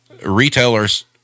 retailers